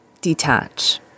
detach